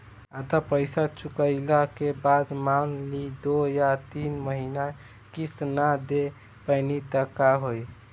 आधा पईसा चुकइला के बाद मान ली दो या तीन महिना किश्त ना दे पैनी त का होई?